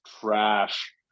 trash